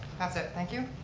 that's it, thank you.